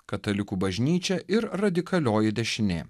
katalikų bažnyčia ir radikalioji dešinė